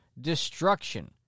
destruction